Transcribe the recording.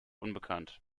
unbekannt